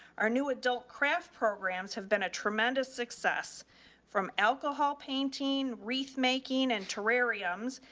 our new adult craft programs have been a tremendous success from alcohol, painting, wreath making, and terrariums.